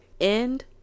End